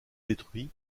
détruit